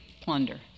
plunder